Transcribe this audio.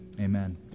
amen